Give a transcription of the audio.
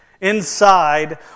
Inside